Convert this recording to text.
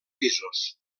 pisos